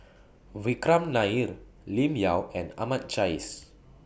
Vikram Nair Lim Yau and Ahmad Jais